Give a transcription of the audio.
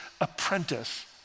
apprentice